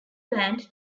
band